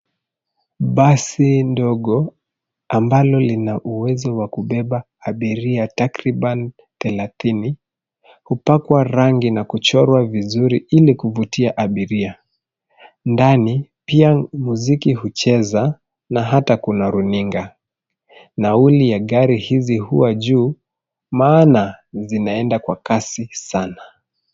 Basi ndogo ambalo lina uwezo wa kubeba abiria takriban thelathini hupakwa rangi na kuchorwa vizuri ili kuvutia abiria. Ndani pia muziki hucheza na hata kuna runinga. Nauli ya gari hizi huwa juu maana zinaenda kwa kasi sana.